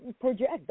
project